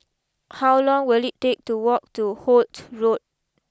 how long will it take to walk to Holt Road